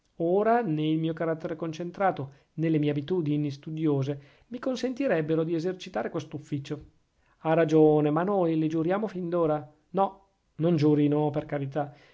ora nè il mio carattere concentrato nè le mie abitudini studiose mi consentirebbero di esercitare questo ufficio ha ragione ma noi le giuriamo fin d'ora no non giurino per carità